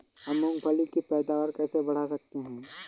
हम मूंगफली की पैदावार कैसे बढ़ा सकते हैं?